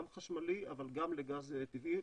גם חשמלי אבל גם לגז טבעי.